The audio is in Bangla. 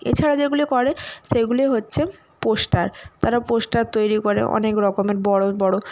এছাড়া যেগুলি করে সেগুলি হচ্ছে পোস্টার তারা পোস্টার তৈরি করে অনেক রকমের বড় বড়